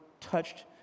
touched